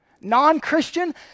Non-Christian